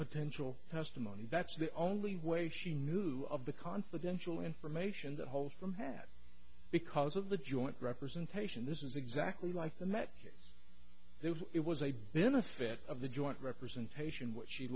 potential testimony that's the only way she knew of the confidential information the holes from had because of the joint representation this is exactly like the met case if it was a benefit of the joint representation which she